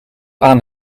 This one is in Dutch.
aan